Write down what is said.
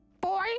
Boy